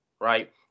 right